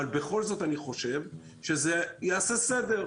בכל זאת אני חושב שזה יעשה סדר.